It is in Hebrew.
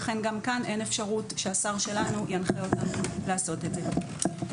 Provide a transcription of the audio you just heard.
לכן גם כאן אין אפשרות שהשר שלנו ינחה אותם לעשות את זה.